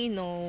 no